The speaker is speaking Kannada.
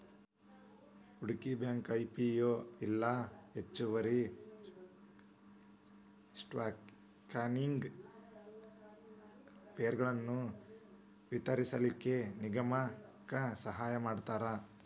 ಹೂಡ್ಕಿ ಬ್ಯಾಂಕು ಐ.ಪಿ.ಒ ಇಲ್ಲಾ ಹೆಚ್ಚುವರಿ ಸ್ಟಾಕನ್ಯಾಗಿನ್ ಷೇರ್ಗಳನ್ನ ವಿತರಿಸ್ಲಿಕ್ಕೆ ನಿಗಮಕ್ಕ ಸಹಾಯಮಾಡ್ತಾರ